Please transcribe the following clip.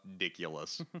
Ridiculous